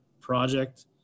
project